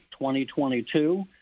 2022